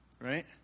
right